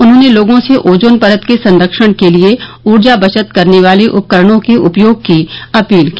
उन्होंने लोगों से ओजोन परत के संरक्षण के लिए ऊर्जा बचत वाले उपकरणों के उपयोग की अपील की